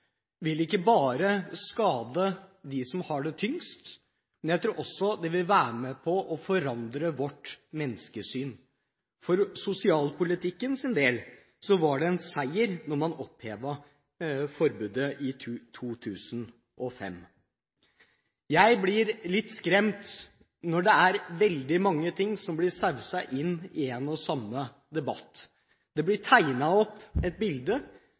vil ikke bare skade dem som har det tyngst, men jeg tror også det vil være med på å forandre vårt menneskesyn. For sosialpolitikkens del var det en seier da man opphevet forbudet i 2005. Jeg blir litt skremt når det er veldig mange ting som blir sauset inn i en og samme debatt. Det blir tegnet et bilde